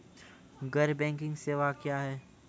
गैर बैंकिंग सेवा क्या हैं?